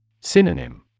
Synonym